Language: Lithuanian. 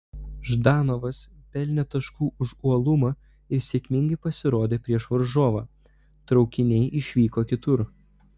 ždanovas pelnė taškų už uolumą ir sėkmingai pasirodė prieš varžovą traukiniai išvyko kitur